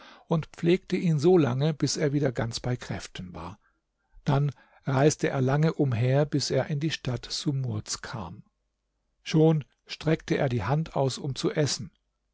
und pflegte ihn so lange bis er wieder ganz bei kräften war dann reiste er lange umher bis er in die stadt sumurds kam schon streckte er die hand aus um zu essen